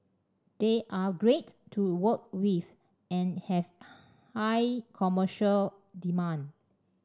they are great to work with and have high commercial demand